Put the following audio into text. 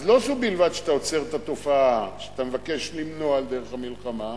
אז לא זו בלבד שאתה לא עוצר את התופעה שאתה מבקש למנוע דרך המלחמה,